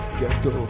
ghetto